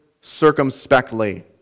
circumspectly